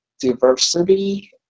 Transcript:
diversity